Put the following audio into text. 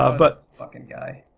ah but fucking guy.